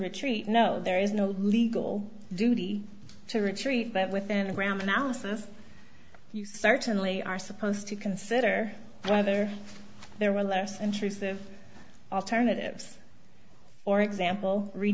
retreat no there is no legal duty to retrieve that within the ground analysis you certainly are supposed to consider whether there were less intrusive alternatives for example re